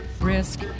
Risk